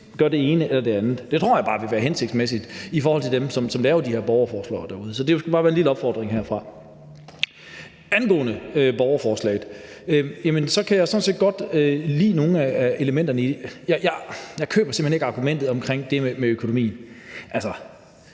gør det ene eller det andet. Det tror jeg bare vil være hensigtsmæssigt i forhold til dem, som laver de her borgerforslag derude. Så det skal bare være en lille opfordring herfra. Angående borgerforslaget kan jeg sådan set godt lide nogle af elementerne i det. Jeg køber simpelt hen ikke argumentet om det med økonomien. Fair